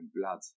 blood